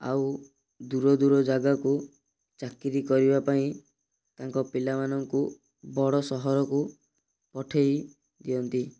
ଆଉ ଦୂର ଦୂର ଜାଗାକୁ ଚାକିରୀ କରିବା ପାଇଁ ତାଙ୍କ ପିଲାମାନଙ୍କୁ ବଡ଼ ସହରକୁ ପଠେଇ ଦିଅନ୍ତି